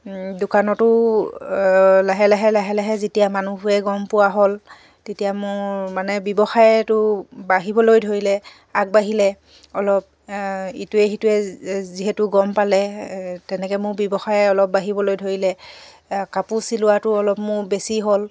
দোকানতো লাহে লাহে লাহে লাহে যেতিয়া মানুহবোৰে গম পোৱা হ'ল তেতিয়া মোৰ মানে ব্যৱসায়টো বাঢ়িবলৈ ধৰিলে আগবাঢ়িলে অলপ ইটোৱে সিটোৱে যিহেতু গম পালে তেনেকে মোৰ ব্যৱসায় অলপ বাঢ়িবলৈ ধৰিলে কাপোৰ চিলোৱাটো অলপ মোৰ বেছি হ'ল